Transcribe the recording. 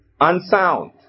unsound